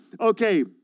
Okay